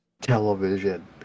television